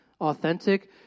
authentic